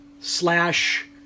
slash